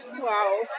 Wow